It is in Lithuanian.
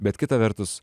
bet kita vertus